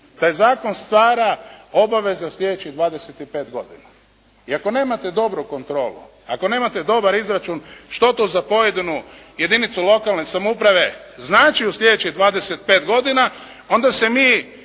Taj zakon stvara obaveze u sljedećih 25 godina. I ako nemate dobru kontrolu, ako nemate dobar izračun što to za pojedinu jedinicu lokalne samouprave znači u sljedećih 25 godina onda se mi